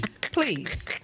Please